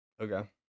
okay